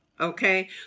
Okay